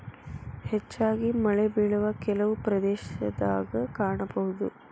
ಹೆಚ್ಚಾಗಿ ಮಳೆಬಿಳುವ ಕೆಲವು ಪ್ರದೇಶದಾಗ ಕಾಣಬಹುದ